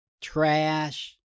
trash